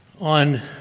On